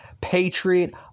Patriot